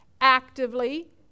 actively